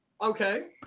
Okay